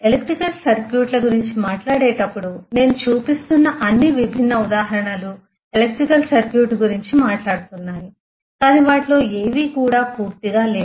electrical సర్క్యూట్ల గురించి మాట్లాడేటప్పుడు నేను చూపిస్తున్న అన్ని విభిన్న ఉదాహరణలు ఎలక్ట్రికల్ సర్క్యూట్ గురించి మాట్లాడుతున్నాయి కాని వాటిలో ఏవీ కూడా పూర్తిగా లేవు